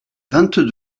vingt